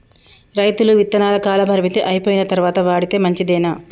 రైతులు విత్తనాల కాలపరిమితి అయిపోయిన తరువాత వాడితే మంచిదేనా?